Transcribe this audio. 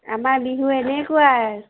আমাৰ বিহু এনেকুৱাই